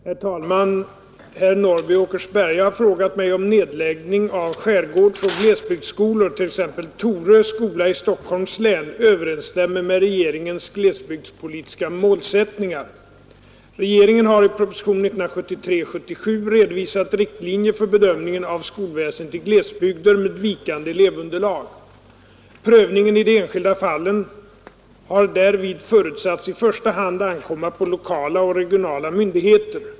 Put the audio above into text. Herr talman! Herr Norrby i Åkersberga har frågat mig, om nedläggning av skärgårdsoch glesbygdsskolor, t.ex. Torö skola i Stockholms län, överensstämmer med regeringens glesbygdspolitiska målsättningar. Regeringen har i propositionen 1973:77 redovisat riktlinjer för bedömningen av skolväsendet i glesbygder med vikande elevunderlag. Prövningen i de enskilda fallen har därvid förutsatts i första hand ankomma på lokala och regionala myndigheter.